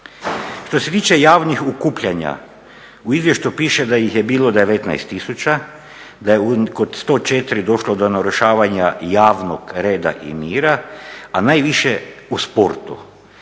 Što se tiče javnih okupljanja, u izvještaju piše da ih je bilo 19 000, da je kod 104 došlo do narušavanja javnog reda i mira, a najviše u sportu.